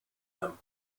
them